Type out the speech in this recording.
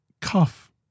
cuff